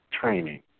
Training